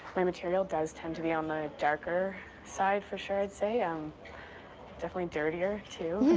my material does tend to be on the darker side for sure i'd say. um definitely dirtier too.